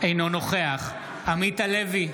אינו נוכח עמית הלוי,